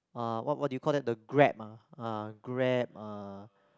uh what what what do you call that the Grab ah uh Grab ah